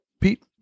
Pete